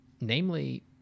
namely